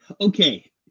Okay